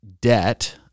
debt